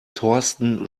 thorsten